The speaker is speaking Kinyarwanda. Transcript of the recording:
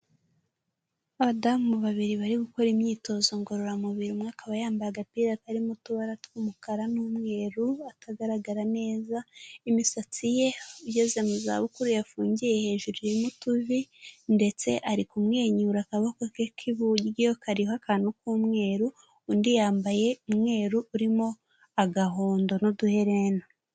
Abadamu babiri bari gukora imyitozo ngororamubiri, umwe akaba yambaye agapira karimo utubara tw'umukara n'umweru atagaragara neza, imisatsi ye ugeze mu za bukuru yafungiye hejuru irimo utuvi ndetse ari kumwe inyura akaboko ke k'iburyo kariho akantu k'umweru, undi yambaye umweru urimo agahondo n'uduherena.